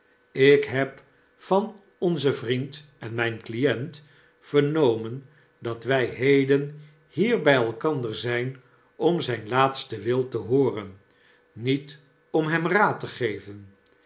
ik heb van onzen vriend en myn client vernomen dat wjj heden hier by elkander zyn om zyn laatsten wil te hooren niet om hem raad te geven